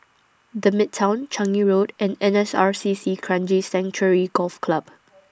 The Midtown Changi Road and N S R C C Kranji Sanctuary Golf Club